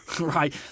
right